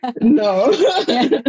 No